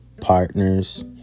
partners